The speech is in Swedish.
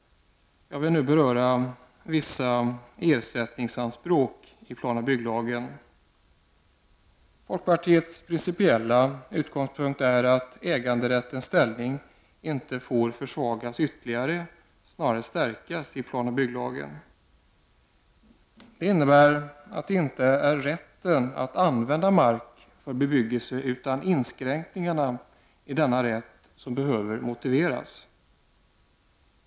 Jag skall nu beröra vissa ersättningsanspråk i planoch bygglagen. Folkpartiets principiella utgångspunkt är att äganderättens ställning inte får försvagas ytterligare utan snarare bör stärkas i PBL. Det innebär att det inte är rätten att använda mark för bebyggelse utan inskränkningar i denna rätt som behöver motiveras.